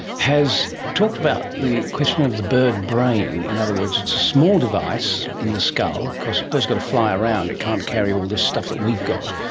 has talked about the question of the bird brain. in other words, it's a small device in the skull, because a bird's got to fly around, it can't carry all this stuff that we've got,